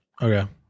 Okay